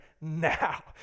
now